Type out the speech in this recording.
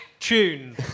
Tune